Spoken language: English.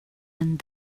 and